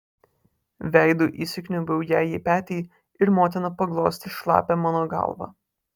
veidu įsikniaubiau jai į petį ir motina paglostė šlapią mano galvą